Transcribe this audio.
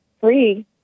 free